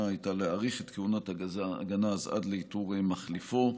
הייתה להאריך את כהונת הגנז עד לאיתור מחליפו,